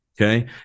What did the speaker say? Okay